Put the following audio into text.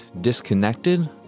disconnected